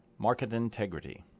marketintegrity